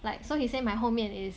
like so he say my 后面 is